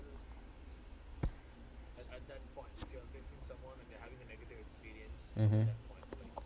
mmhmm